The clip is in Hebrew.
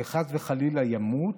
וחס וחלילה ימות,